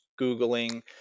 Googling